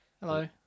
Hello